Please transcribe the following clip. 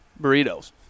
burritos